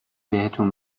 بهتون